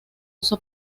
uso